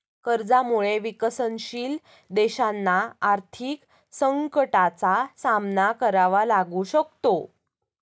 कर्जामुळे विकसनशील देशांना आर्थिक संकटाचा सामना करावा लागू शकतो